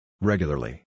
Regularly